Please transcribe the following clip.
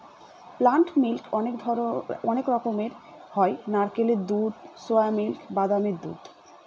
plant milk অনেক রকমের হয় নারকেলের দুধ, সোয়া মিল্ক, বাদামের দুধ